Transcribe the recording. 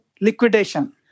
liquidation